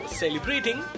celebrating